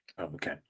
Okay